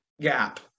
gap